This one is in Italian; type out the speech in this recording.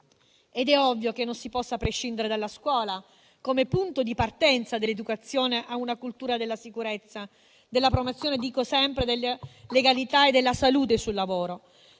È ovvio che non si possa prescindere dalla scuola come punto di partenza dell'educazione a una cultura della sicurezza, della promozione della legalità e della salute sul lavoro.